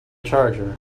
charger